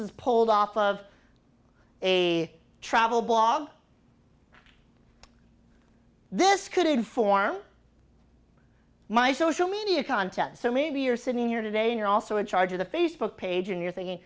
is pulled off of a travel blog this could inform my social media content so maybe you're sitting here today and are also in charge of the facebook page and you're thinking